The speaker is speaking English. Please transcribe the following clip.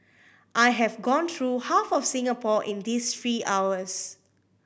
I have gone through half of Singapore in these three hours